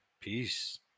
Peace